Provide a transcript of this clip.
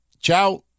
Ciao